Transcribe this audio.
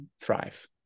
thrive